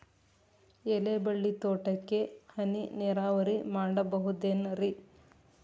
ಎಲೆಬಳ್ಳಿ ತೋಟಕ್ಕೆ ಹನಿ ನೇರಾವರಿ ಮಾಡಬಹುದೇನ್ ರಿ?